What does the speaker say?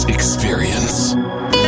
Experience